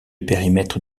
périmètre